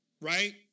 right